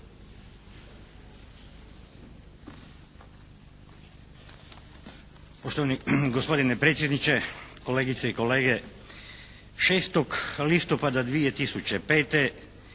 Poštovani gospodine predsjedniče, kolegice i kolege. 6. listopada 2005.